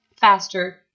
faster